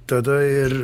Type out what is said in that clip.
tada ir